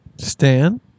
Stan